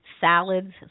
salads